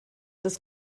das